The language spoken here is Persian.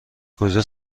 کجا